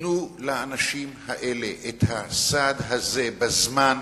תנו לאנשים האלה את הסעד הזה בזמן,